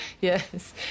Yes